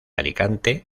alicante